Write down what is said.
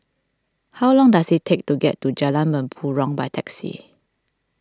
how long does it take to get to Jalan Mempurong by taxi